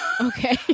Okay